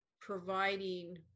Providing